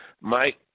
Mike